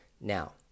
Now